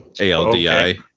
A-L-D-I